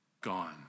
gone